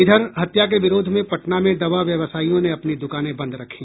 इधर हत्या के विरोध में पटना में दवा व्यवसायियों ने अपनी दुकानें बंद रखी